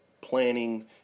planning